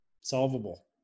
solvable